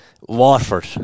Watford